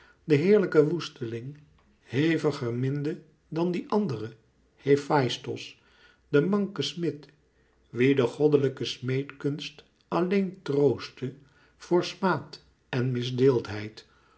den heerlijken woesteling heviger minde dan dien àndere hefaistos den manken smid wien de goddelijke smeedkunst alleen troostte voor smaad en